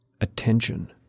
attention